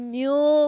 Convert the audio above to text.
new